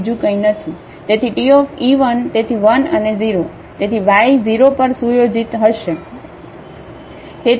તેથી Te1 તેથી 1 અને 0 તેથી વાય 0 પર સુયોજિત થશે